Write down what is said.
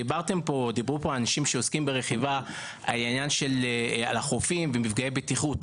דיברו פה אנשים שעוסקים ברכיבה על החופים ועל מפגעי בטיחות.